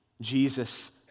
Jesus